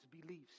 beliefs